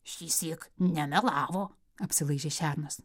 šįsyk nemelavo apsilaižė šernas